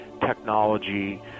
technology